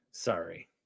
sorry